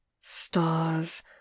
Stars